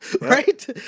right